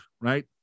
right